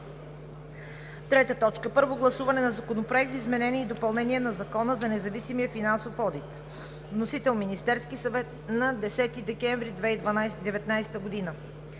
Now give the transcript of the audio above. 2020 г. 3. Първо гласуване на Законопроекта за изменение и допълнение на Закона за независимия финансов одит. Вносител – Министерският съвет, 10 декември 2019 г.